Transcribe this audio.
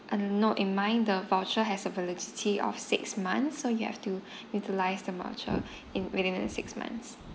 other note in mind the voucher has availability of six months so you have to utilize the voucher in within the six months